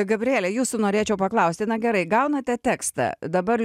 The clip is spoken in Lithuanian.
gabriele jūsų norėčiau paklausti na gerai gaunate tekstą dabar